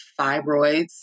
fibroids